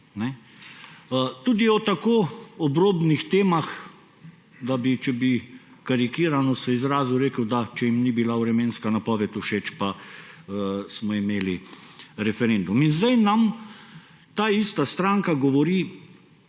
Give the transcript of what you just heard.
Tudi o tako obrobnih temah, da bi, če bi se karikirano izrazil, rekel, da če jim ni bila vremenska napoved všeč pa ‒ smo imeli referendum! In zdaj nam ta ista stranka govori